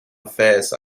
affairs